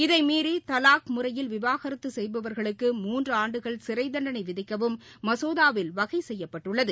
இதை மீறி தலாக் முறையில் விவாகரத்து செய்பவர்களுக்கு மூன்று ஆண்டுகள் சிறை தண்டனை விதிக்கவும் மசோதாவில் வகை செய்யப்பட்டுள்ளது